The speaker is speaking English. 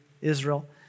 Israel